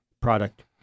product